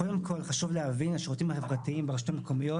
קודם כל, השירותים החברתיים ברשויות המקומיות